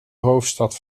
hoofdstad